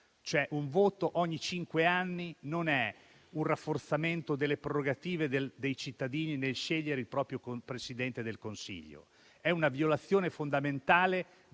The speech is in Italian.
Un voto ogni cinque anni non è un rafforzamento delle prerogative dei cittadini nello scegliere il proprio Presidente del Consiglio, ma è una violazione fondamentale